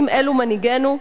האם אלו מנהיגינו?